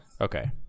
Okay